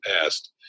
past